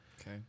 Okay